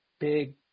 big